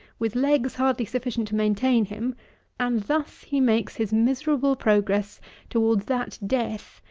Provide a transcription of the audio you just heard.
with legs hardly sufficient to maintain him and thus he makes his miserable progress towards that death,